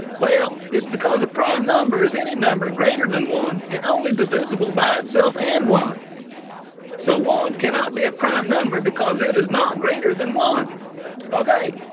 well, it's because a prime number is any number greater than one and only divisible by itself and one so one and cannot be a prime number because it is not greater than one ok,